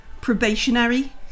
probationary